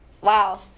Wow